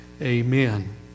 Amen